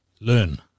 learn